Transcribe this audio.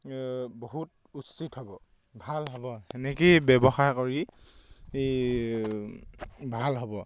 বহুত উচিত হ'ব ভাল হ'ব সেনেকৈয়ে ব্যৱসায় কৰি ভাল হ'ব